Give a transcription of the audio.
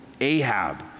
Ahab